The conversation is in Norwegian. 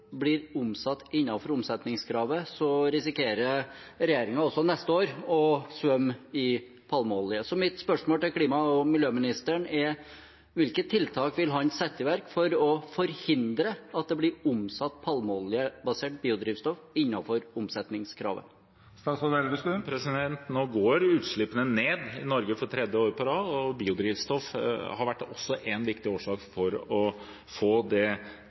blir omsatt innenfor omsetningskravet, risikerer regjeringen også neste år å svømme i palmeolje. Så mitt spørsmål til klima- og miljøministeren er: Hvilke tiltak vil han sette i verk for å forhindre at det blir omsatt palmeoljebasert biodrivstoff innenfor omsetningskravet? Nå går utslippene ned i Norge for tredje år på rad, og biodrivstoff har også vært en viktig årsak for å få det